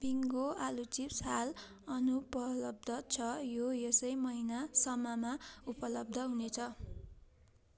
bingo आलु chips हाल अनुपलब्ध छ यो यसै महिनासम्ममा उपलब्ध हुनेछ